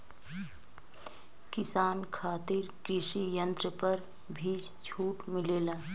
किसान खातिर कृषि यंत्र पर भी छूट मिलेला?